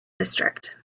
district